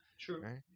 True